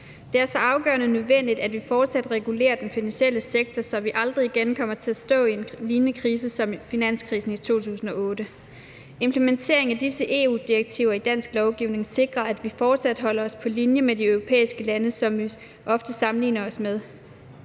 Det er så afgørende nødvendigt, at vi fortsat regulerer den finansielle sektor, så vi aldrig igen kommer til at stå i en lignende krise som finanskrisen i 2008. Implementering af disse EU-direktiver i dansk lovgivning sikrer, at vi fortsat holder os på linje med de europæiske lande, som vi ofte sammenligner os med.